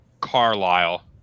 Carlisle